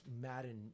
Madden